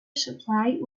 supply